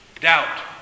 doubt